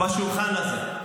בשולחן הזה.